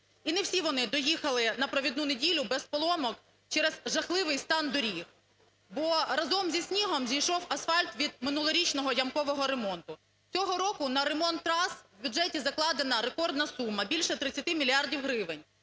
і не всі вони доїхали на провідну неділю без поломок через жахливий стан доріг, бо разом зі снігом зійшов асфальт від минулорічного ямкового ремонту. Цього року на ремонт трас в бюджеті закладена рекордна сума – більше 30 мільярдів